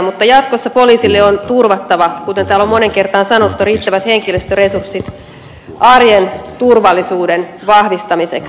mutta jatkossa poliisille on turvattava kuten täällä on moneen kertaan sanottu riittävät henkilöstöresurssit arjen turvallisuuden vahvistamiseksi